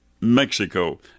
Mexico